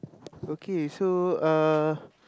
okay so uh